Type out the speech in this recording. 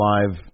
Live